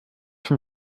from